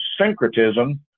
syncretism